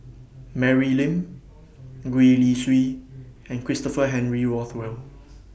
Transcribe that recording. Mary Lim Gwee Li Sui and Christopher Henry Rothwell